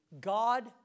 God